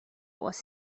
was